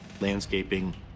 landscaping